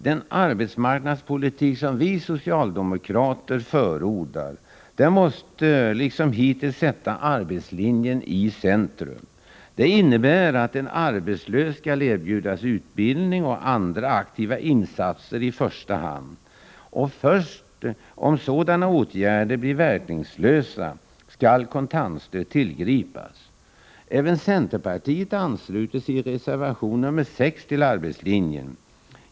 Den arbetsmarknadspolitik som vi socialdemokrater förordar måste liksom hittills sätta arbetslinjen i centrum. Den innebär att en arbetslös skall i första hand erbjudas utbildning och andra aktiva insatser. Först om sådana åtgärder blir verkningslösa skall kontantstöd tillgripas. Även centerpartiet ansluter sig i reservation nr 6 till arbetslinjen.